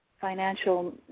financial